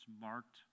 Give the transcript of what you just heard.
marked